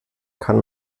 kann